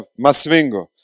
Masvingo